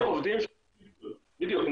בדיוק.